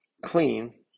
clean